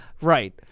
Right